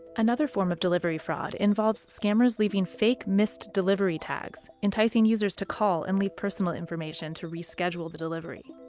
another form of delivery fraud involves scammers leaving fake missed delivery tags, enticing users to call and leave personal information to reschedule the delivery.